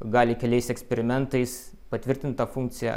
gali keliais eksperimentais patvirtint tą funkciją